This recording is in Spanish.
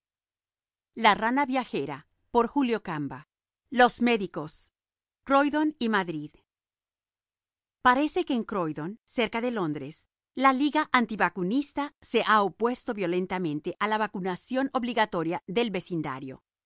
microbios qué lástima para los microbios iv croydon y madrid parece que en croydon cerca de londres la liga antivacunista se ha opuesto violentamente a la vacunación obligatoria del vecindario